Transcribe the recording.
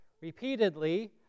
Repeatedly